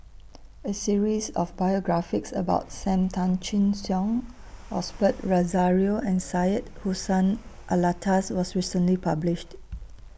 A series of biographies about SAM Tan Chin Siong Osbert Rozario and Syed Hussein Alatas was recently published